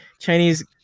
Chinese